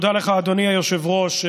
תודה לך, אדוני היושב-ראש.